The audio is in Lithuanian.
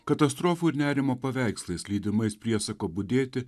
katastrofų ir nerimo paveikslais lydimais priesako budėti